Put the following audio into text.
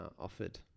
offered